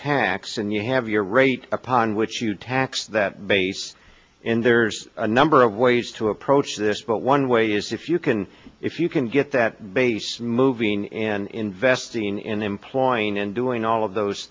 tax and you have your rate upon which you tax that base and there's a number of ways to approach this but one way is if you can if you can get that base moving in vesting in employing and doing all of those